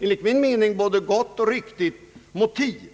enligt min uppfattning, ett både gott och riktigt motiv.